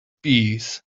piece